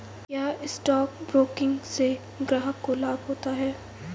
क्या stock broking से ग्राहक को लाभ होता है?